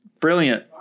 Brilliant